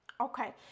Okay